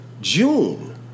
June